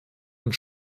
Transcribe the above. und